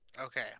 Okay